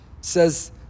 says